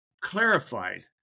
clarified